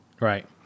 Right